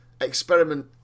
experiment